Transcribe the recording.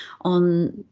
on